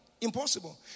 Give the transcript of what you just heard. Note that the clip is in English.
Impossible